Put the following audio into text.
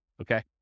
Okay